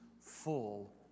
full